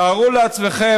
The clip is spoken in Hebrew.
תארו לעצמכם,